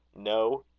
no,